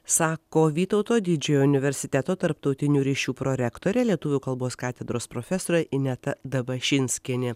sako vytauto didžiojo universiteto tarptautinių ryšių prorektorė lietuvių kalbos katedros profesorė ineta dabašinskienė